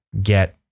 get